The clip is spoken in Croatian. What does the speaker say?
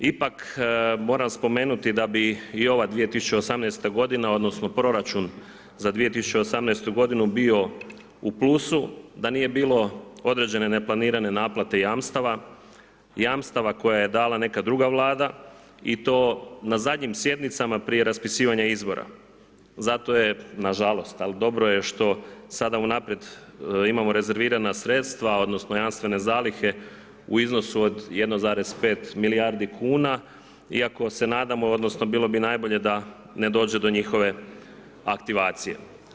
Ipak, moram spomenuti da bi i ova 2018.godina odnosno proračun za 2018. g. bio u plusu da nije bilo određene neplanirane naplate jamstava, jamstava koja je dala neka druga Vlada i to na zadnjim sjednicama prije raspisivanja izbora, zato je nažalost, ali dobro je što sada unaprijed imamo rezervirana sredstva odnosno jamstvene zalihe u iznosu od 1,5 milijardi kuna, iako se nadamo odnosno bilo bi najbolje da ne dođe do njihove aktivacije.